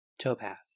Topaz